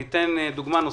אני אתן דוגמה נוספת.